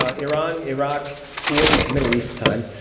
ah iran iraq kuwait middle east time